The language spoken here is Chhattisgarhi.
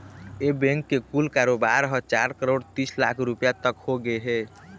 ए बेंक के कुल कारोबार ह चार करोड़ तीस लाख रूपिया तक होगे हे